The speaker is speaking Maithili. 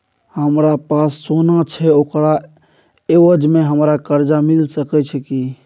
हमरा पास सोना छै ओकरा एवज में हमरा कर्जा मिल सके छै की?